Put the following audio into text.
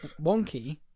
wonky